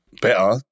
better